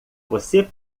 você